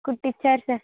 కుట్టిచ్చారు sir